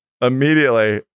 immediately